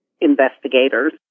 investigators